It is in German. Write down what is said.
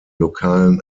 lokalen